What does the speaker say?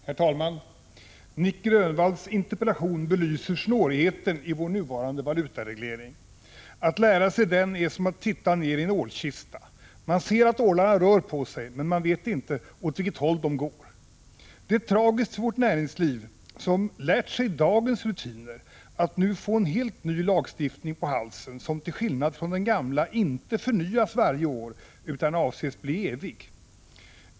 Herr talman! Nic Grönvalls interpellation belyser snårigheten i vår nuvarande valutareglering. Att lära sig den är som att titta ned i en ålkista: man ser att ålarna rör på sig, men det är inte lätt att veta åt vilket håll de rör sig. Det är tragiskt för vårt näringsliv — som lärt sig dagens rutiner — att nu få en helt ny lagstiftning på halsen, som till skillnad från den gamla inte skall förnyas varje år utan avses bli evig.